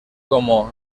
como